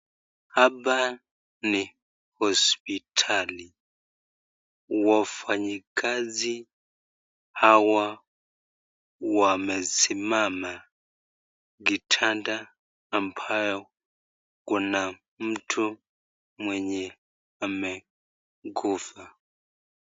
Hapa ni hospitali. Wafanyakazi hawa wamesimama kitanda ambacho kuna mtu mwenye amekufa.